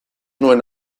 nuen